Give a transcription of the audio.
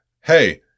Hey